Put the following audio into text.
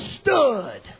stood